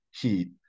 heat